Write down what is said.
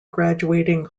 graduating